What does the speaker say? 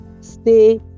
stay